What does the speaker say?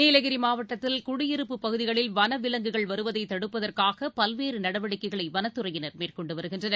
நீலகிரிமாவட்டத்தில் குடியிருப்பு பகுதிகளில் வள விலங்குகள் வருவதைதடுப்பதற்காக பல்வேறுநடவடிக்கைகளைவனத்துறையினர் மேற்கொண்டுவருகின்றனர்